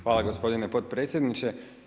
Hvala gospodine potpredsjedniče.